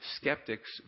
skeptic's